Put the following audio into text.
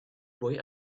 boy